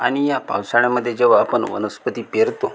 आणि या पावसाळ्यामधे जेव्हा आपण वनस्पती पेरतो